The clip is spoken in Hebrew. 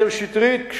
מאיר שטרית,